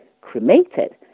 cremated